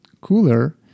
cooler